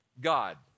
God